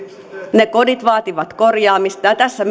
ne kodit vaativat korjaamista ja tässä